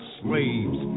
slaves